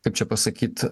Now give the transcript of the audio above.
kaip čia pasakyt